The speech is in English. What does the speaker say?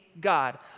God